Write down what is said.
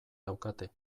daukate